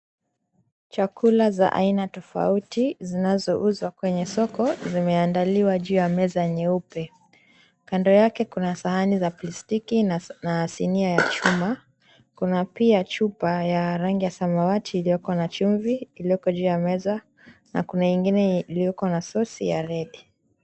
Chakula za aina tofauti zinazouzwa kwenye soko zimeandaliwa juu ya meza nyeupe. Kando yake kuna sahani za plastiki na sinia ya chuma, kuna pia chupa ya rangi ya samawati iliyioko juu ya meza na kuna ingine iliyoko na sause ya red .